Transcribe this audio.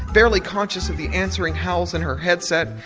barely conscious at the answering howls in her headset.